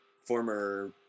former